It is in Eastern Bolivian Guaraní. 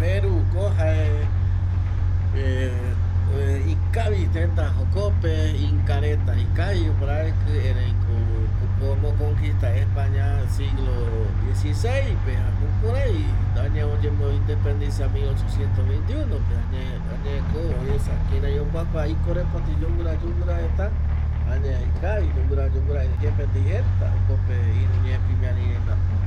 Peru ko jae ikavi teta jokope, inka reta ikavi oparaɨkɨ erei ko omo conquista españa siglo diesiseis pe jaema jukurai añae oyemo independisa mil ochocientos veintiuno pe añae, añeko oesa kirai okuakua i korepoti yoguɨra yoguɨra reta, añae ikavi yoguɨra yoguɨra erei yepetei jeta jokope iru ñe pe imiari reta va